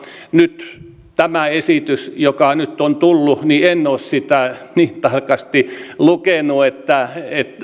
nyt tätä esitystä joka nyt on tullut en ole niin tarkasti lukenut ja